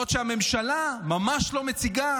בעוד הממשלה ממש לא מציגה